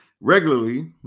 regularly